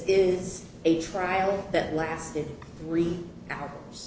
is a trial that lasted three hours